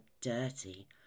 dirty